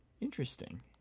Interesting